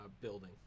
building